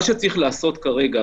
מה שצריך לעשות כרגע